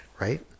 right